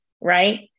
right